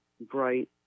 bright